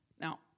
Now